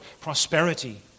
prosperity